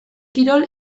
kirol